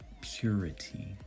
purity